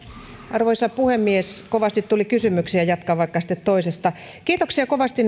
arvoisa puhemies kovasti tuli kysymyksiä jatkan vaikka sitten toisesta kiitoksia kovasti